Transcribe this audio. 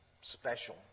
special